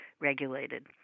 regulated